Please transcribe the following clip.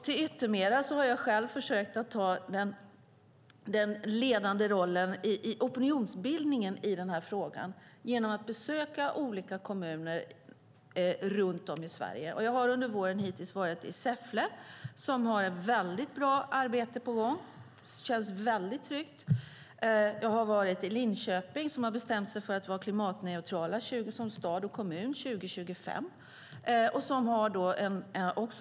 Till yttermera visso har jag själv försökt ta den ledande rollen i opinionsbildningen i den här frågan genom att besöka olika kommuner runt om i Sverige. Jag har hittills under våren varit i Säffle, som har ett mycket bra arbete på gång och som känns väldigt tryggt. Jag har varit i Linköping, som bestämt sig för att som stad och kommun vara klimatneutralt år 2025.